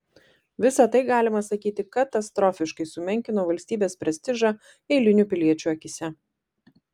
visa tai galima sakyti katastrofiškai sumenkino valstybės prestižą eilinių piliečių akyse